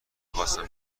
خواستم